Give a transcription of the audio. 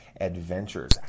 adventures